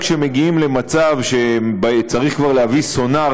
כשמגיעים למצב שצריך כבר להביא סונאר